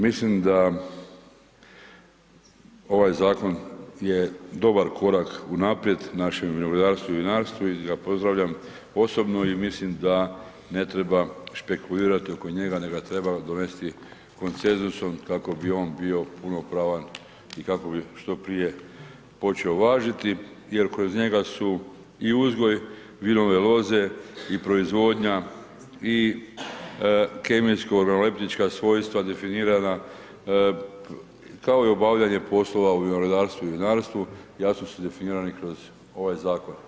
Mislim da ovaj zakon je dobar korak unaprijed našem vinogradarstvu i vinarstvu i ja ga pozdravljam osobno i mislim da ne treba špekulirati oko njega nego ga treba donesti konsenzusom kako bi on bio punopravan i kako bi što prije počeo važiti jer kroz njega su i uzgoj vinove loze i proizvodnja i kemijsko organoleptička svojstva definirana kao i obavljanje poslova u vinogradarstvu i vinarstvu, jasno su definirani kroz ovaj zakon.